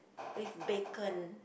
with bacon